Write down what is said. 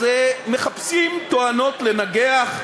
אבל מחפשים תואנות לנגח,